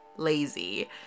lazy